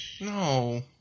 No